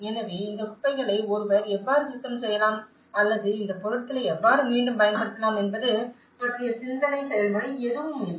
எனவே இந்த குப்பைகளை ஒருவர் எவ்வாறு சுத்தம் செய்யலாம் அல்லது இந்த பொருட்களை எவ்வாறு மீண்டும் பயன்படுத்தலாம் என்பது பற்றிய சிந்தனை செயல்முறை எதுவும் இல்லை